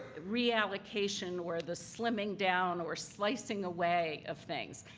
reallocation or the slimming down or slicing away of things.